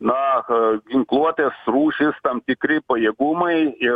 na ginkluotės rūšys tam tikri pajėgumai ir